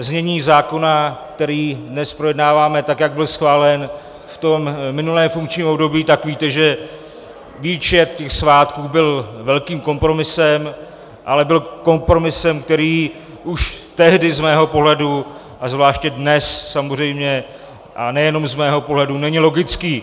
Znění zákona, který dnes projednáváme, tak jak byl schválen v minulém funkčním období, tak víte, že výčet těch svátků byl velkým kompromisem, ale byl kompromisem, který už tehdy z mého pohledu a zvláště dnes samozřejmě, a nejenom z mého pohledu, není logický.